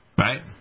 right